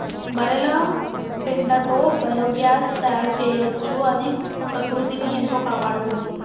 బర్రెల పెండతో బయోగ్యాస్ తయారు చేయొచ్చు అది ప్రకృతిని ఎంతో కాపాడుతుంది